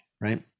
right